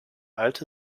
alte